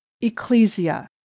ecclesia